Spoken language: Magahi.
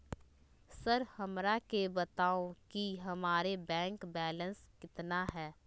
सर हमरा के बताओ कि हमारे बैंक बैलेंस कितना है?